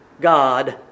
God